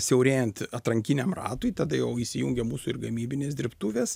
siaurėjant atrankiniam ratui tada jau įsijungė mūsų ir gamybinės dirbtuvės